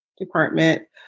department